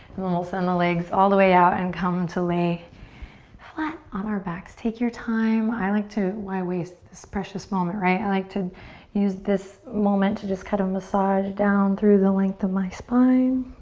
and then we'll send the legs all the way out and come to lay flat on our backs. take your time. i like to, why waste this precious moment, right? i like to use this moment to kind of massage down through the length of my spine.